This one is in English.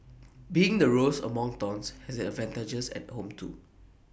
being the rose among thorns has its advantages at home too